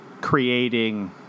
creating